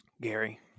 Gary